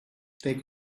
they